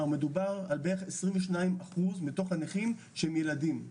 מדובר על בערך 22% מתוך הנכים שהם ילדים.